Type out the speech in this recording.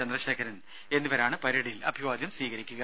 ചന്ദ്രശേഖരൻ എന്നിവരാണ് പരേഡിൽ അഭിവാദ്യം സ്വീകരിക്കുക